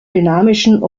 dynamischen